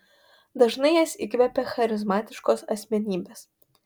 dažnai jas įkvepia charizmatiškos asmenybės